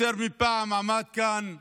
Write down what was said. יותר מפעם הוא עמד כאן ואמר: